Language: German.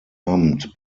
amt